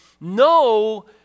no